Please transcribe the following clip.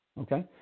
Okay